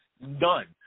None